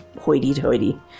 hoity-toity